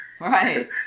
Right